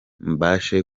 mbashe